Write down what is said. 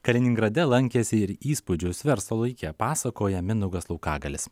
kaliningrade lankėsi ir įspūdžius verslo laike pasakoja mindaugas laukagalis